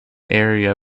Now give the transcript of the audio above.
area